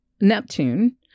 Neptune